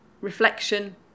reflection